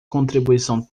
contribuição